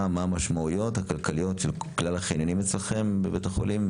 מה המשמעויות הכלכליות של כלל החניונים בבית החולים אצלכם,